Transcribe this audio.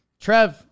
Trev